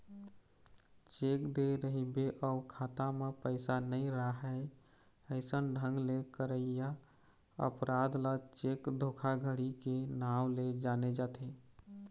cheque दे रहिबे अउ खाता म पइसा नइ राहय अइसन ढंग ले करइया अपराध ल चेक धोखाघड़ी के नांव ले जाने जाथे